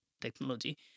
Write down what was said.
technology